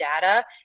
data